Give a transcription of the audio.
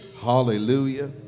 hallelujah